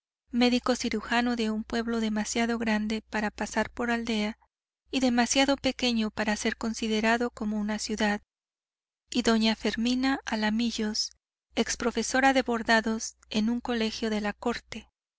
médico cirujano de un pueblo demasiado grande para pasar por aldea y demasiado pequeño para ser considerado como ciudad y doña fermina alamillos ex profesora de bordados en un colegio de la corte